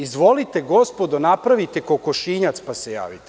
Izvolite gospodo, napravite kokošinjac pa se javite.